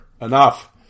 enough